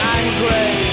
angry